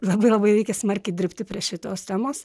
labai labai reikia smarkiai dirbti prie šitos temos